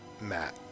Matt